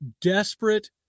desperate